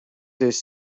these